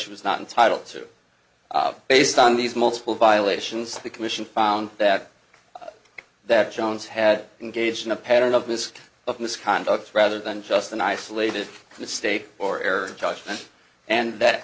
she was not entitled to based on these multiple violations the commission found that that jones had engaged in a pattern of miss of misconduct rather than just an isolated mistake or error judgment and that